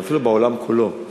אפילו בעולם כולו,